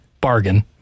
bargain